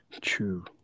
true